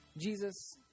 Jesus